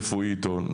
רפואית או,